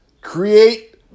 create